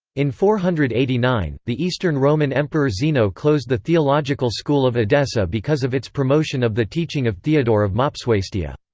in four hundred and eighty nine, the eastern roman emperor zeno closed the theological school of edessa because of its promotion of the teaching of theodore of mopsuestia.